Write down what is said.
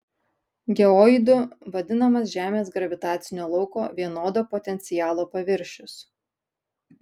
geoidu vadinamas žemės gravitacinio lauko vienodo potencialo paviršius